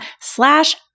slash